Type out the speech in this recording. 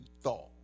thought